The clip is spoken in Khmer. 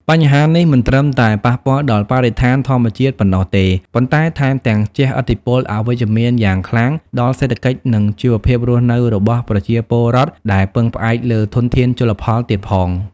បញ្ហានេះមិនត្រឹមតែប៉ះពាល់ដល់បរិស្ថានធម្មជាតិប៉ុណ្ណោះទេ ប៉ុន្តែថែមទាំងជះឥទ្ធិពលអវិជ្ជមានយ៉ាងខ្លាំងដល់សេដ្ឋកិច្ច និងជីវភាពរស់នៅរបស់ប្រជាពលរដ្ឋដែលពឹងផ្អែកលើធនធានជលផលទៀតផង។